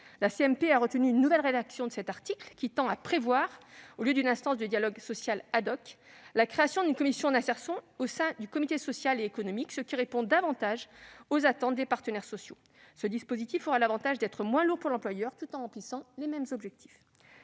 a retenu une nouvelle rédaction de cet article, qui tend à prévoir, au lieu d'une instance de dialogue social, la création d'une commission « insertion » au sein du comité social et économique (CSE), ce qui répond davantage aux attentes des partenaires sociaux. Ce dispositif aura l'avantage d'être moins lourd pour l'employeur, tout en remplissant les mêmes objectifs.